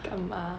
干嘛